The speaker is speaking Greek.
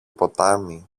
ποτάμι